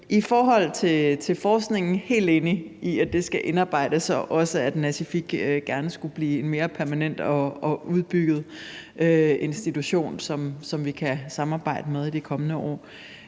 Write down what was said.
i forhold til det om forskningen er jeg helt enig i, at det skal indarbejdes, og også at Nasiffik gerne skulle blive en mere permanent og udbygget institution, som vi kan samarbejde med i de kommende år.